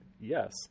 Yes